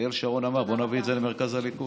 אריאל שרון אמר: בואו נביא את זה למרכז הליכוד,